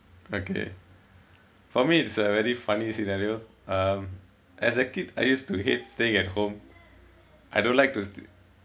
okay for me it's a very funny scenario um as a kid I used to hate staying at home I don't like to stay